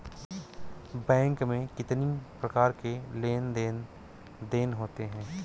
Bank में कितनी प्रकार के लेन देन देन होते हैं?